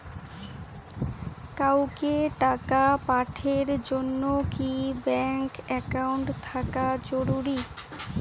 কাউকে টাকা পাঠের জন্যে কি ব্যাংক একাউন্ট থাকা জরুরি?